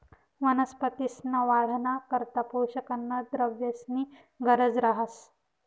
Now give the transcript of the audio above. वनस्पतींसना वाढना करता पोषक अन्नद्रव्येसनी गरज रहास